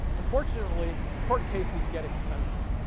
unfortunately, court cases get expensive.